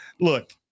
Look